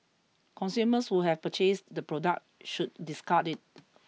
consumers who have purchased the product should discard it